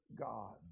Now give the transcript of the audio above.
God